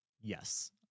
yes